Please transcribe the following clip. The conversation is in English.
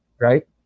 right